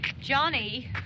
Johnny